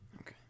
Okay